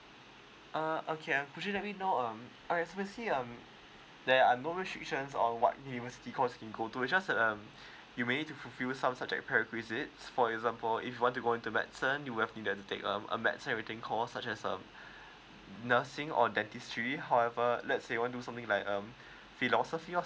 uh okay uh could let me know um okay specifically um there are no restrictions on what university course you can go to just um we may need to fulfill some subject paraquisites for example if you want to go into medicine you have to take um a medicine medicine related course such as um nursing or dentistry however let say want to do something like um philosophy of